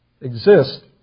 exist